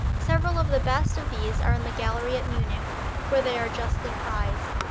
several of the best of these are in the gallery at munich where they are justly prized.